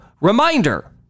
reminder